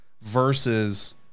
versus